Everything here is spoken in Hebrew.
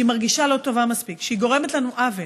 שהיא מרגישה לא טובה מספיק, שהיא גורמת לנו עוול.